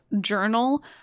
journal